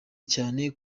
cyane